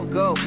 go